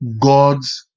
God's